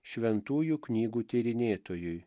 šventųjų knygų tyrinėtojui